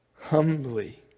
Humbly